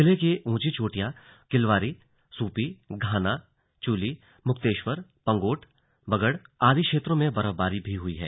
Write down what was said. जिले के ऊंची चोटियों किलवरी सूपी घाना चूली मुक्तेश्वर पंगोट बंगड आदि क्षेत्रो में बर्फबारी भी हुई है